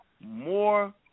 more